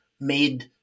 made